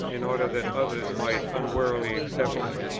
in order that others might unwarily accept it.